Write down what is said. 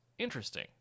interesting